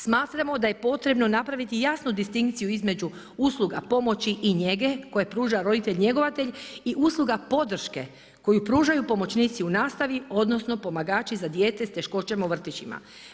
Smatramo da je potrebno napraviti jasnu distinkciju između usluga pomoći i njege, koju pruža roditelj njegovatelj i usluga podrške, koju pružaju pomoćnici u nastavi, odnosno, pomagači za dijete s teškoćama u vrtićima.